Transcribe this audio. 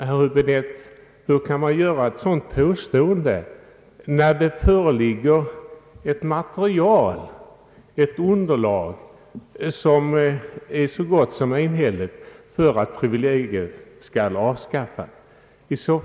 Herr Häbinette, hur kan man göra ett sådant påstående när det, som utredningen visat, föreligger en så gott som enhällig uppfattning att privilegiet bör avskaffas?